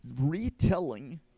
retelling